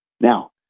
Now